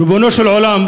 ריבונו של עולם,